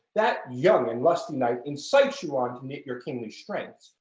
that young and lusty knight incites you on to knit your kingly strengths,